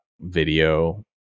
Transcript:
video